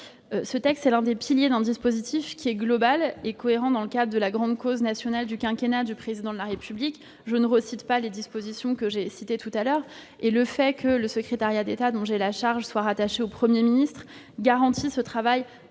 texte est l'un des piliers d'un dispositif global et cohérent, dans le cadre de la grande cause nationale du quinquennat annoncée par le Président de la République. Je ne reviendrai pas sur les dispositions que j'ai déjà citées. Le fait que le secrétariat d'État dont j'ai la charge soit rattaché au Premier ministre garantit ce travail